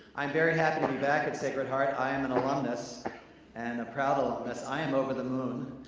i'm very happy to be back at sacred heart. i am an alumnus and a proud alumnus. i am over the moon